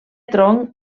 tronc